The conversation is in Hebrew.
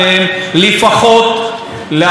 להראות לאנשים שהנושא הזה חשוב לה,